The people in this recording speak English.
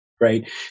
right